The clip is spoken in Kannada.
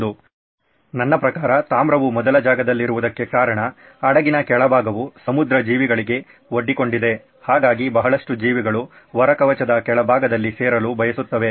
ಎಂದು ನನ್ನ ಪ್ರಕಾರ ತಾಮ್ರವು ಮೊದಲ ಜಾಗದಲ್ಲಿರುವುದಕ್ಕೆ ಕಾರಣ ಹಡಗಿನ ಕೆಳಭಾಗವು ಸಮುದ್ರ ಜೀವಿಗಳಿಗೆ ಒಡ್ಡಿಕೊಂಡಿದೆ ಹಾಗಾಗಿ ಬಹಳಷ್ಟು ಜೀವಿಗಳು ಹೊರಕವಚದ ಕೆಳಭಾಗದಲ್ಲಿ ಸೇರಲು ಬಯಸುತ್ತವೆ